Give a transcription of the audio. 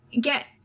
get